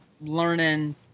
learning